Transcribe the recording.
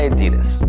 Adidas